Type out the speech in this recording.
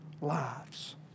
lives